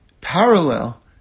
parallel